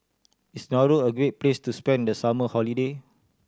is Nauru a great place to spend the summer holiday